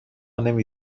نمی